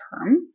term